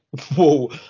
whoa